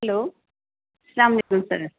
hello سلام علیکم سر